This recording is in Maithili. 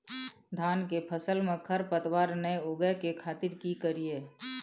धान के फसल में खरपतवार नय उगय के खातिर की करियै?